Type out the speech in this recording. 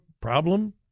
problem